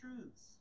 truths